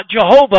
Jehovah